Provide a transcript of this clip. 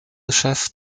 chef